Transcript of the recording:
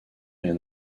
rien